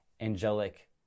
angelic